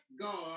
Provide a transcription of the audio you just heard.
God